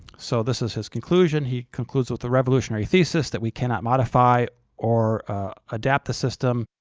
so this is his conclusion. he concludes with the revolutionary thesis that we cannot modify or adapt the system